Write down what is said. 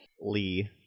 Lee